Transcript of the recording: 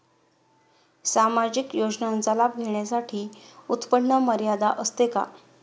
सामाजिक योजनांचा लाभ घेण्यासाठी उत्पन्न मर्यादा असते का?